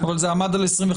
אבל זה עמד על 25%,